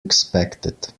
expected